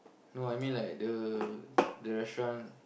no I mean like the the restaurant